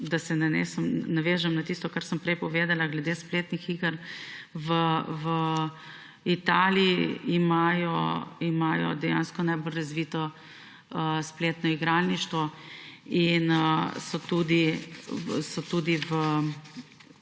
najprej navezala na tisto, kar sem prej povedala glede spletnih iger. V Italiji imajo dejansko najbolj razvito spletno igralništvo in so že